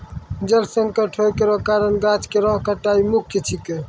जल संकट होय केरो कारण गाछ केरो कटाई मुख्य छिकै